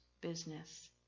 business